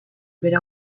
bere